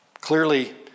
Clearly